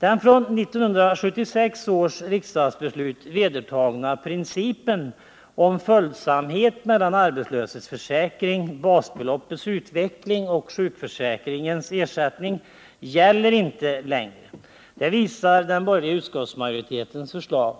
Den vid 1976 års riksdagsbeslut antagna principen om följsamhet beträffande = arbetslöshetsförsäkring, basbeloppets utveckling och = sjukförsäkringsersättning gäller inte längre — det visar den borgerliga utskottsmajoritetens förslag.